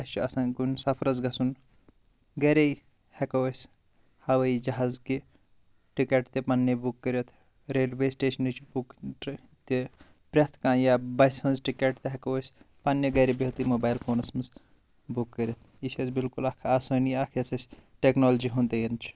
اسہِ چھُ آسان کُنہِ سفرس گژھُن گری ہٮ۪کو أسۍ ہوٲیی جہاز کہِ ٹکٮ۪ٹ تہِ پننہِ بُک کٔرتھ ریلوے سٹیشنٕچ بُک ٹرین تہِ پرٛٮ۪تھ کانٛہہ یا بسہِ ہِنٛز ٹکٮ۪ٹ تہِ ہٮ۪کو أس پننہِ گرِ بِہتی موبایل فونس منٛز بُک کٔرتھ یہِ چھِ اسہِ بالکُل اکھ آسٲنی اکھ یتھ اسہِ ٹٮ۪کنالوجی ہُنٛد دین چھُ